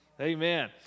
Amen